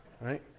Right